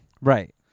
Right